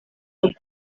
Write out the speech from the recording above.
gupfa